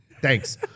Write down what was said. Thanks